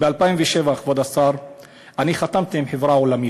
ב-2007, כבוד השר, אני חתמתי עם חברה עולמית,